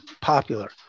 popular